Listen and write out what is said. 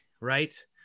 Right